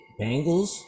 Bengals